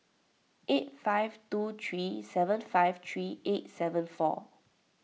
eight five two three seven five three eight seven four